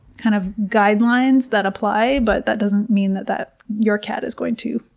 kind of, guidelines that apply. but that doesn't mean that that your cat is going to,